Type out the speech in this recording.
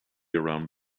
around